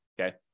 Okay